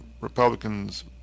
Republicans